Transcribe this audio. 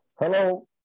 Hello